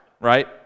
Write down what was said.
Right